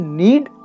need